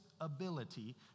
ability